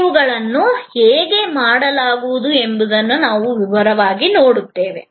ಇವುಗಳನ್ನು ಹೇಗೆ ಮಾಡಲಾಗುವುದು ಎಂಬುದನ್ನು ನಾವು ವಿವರವಾಗಿ ನೋಡುತ್ತೇವೆ